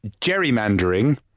gerrymandering